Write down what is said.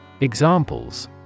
Examples